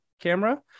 camera